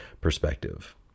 perspective